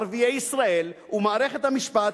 ערביי ישראל ומערכת המשפט,